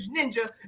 ninja